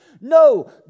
No